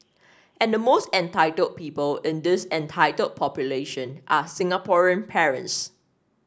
and the most entitled people in this entitled population are Singaporean parents